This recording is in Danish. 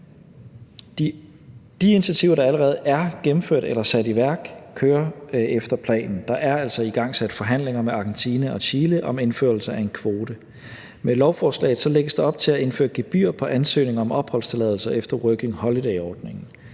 De initiativer, der allerede er gennemført eller sat i værk, kører efter planen. Der er altså igangsat forhandlinger med Argentina og Chile om indførelse af en kvote. Med lovforslaget lægges der op til at indføre gebyr på ansøgninger om opholdstilladelse efter Working Holiday-ordningen.